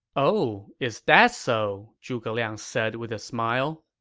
oh, is that so? zhuge liang said with a smile.